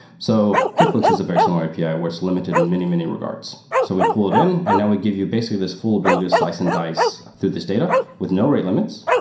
so quickbooks is a very similar api ah where it's limited in many, many regards. so we pulled in and now we give you basically this full ability to slice and dice through this data with no rate limits.